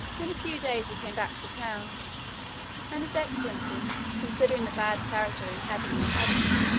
in a few days we came back to town and his excellency, considering the bad character he had in the academy,